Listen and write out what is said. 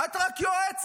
את רק יועצת.